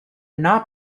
not